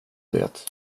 det